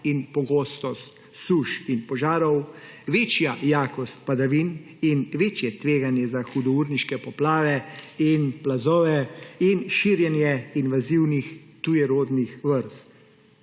in pogostost suš in požarov, večja jakost padavin in večje tveganje za hudourniške poplave in plazove in širjenje invazivnih tujerodnih vrst.